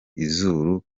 izuru